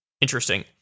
interesting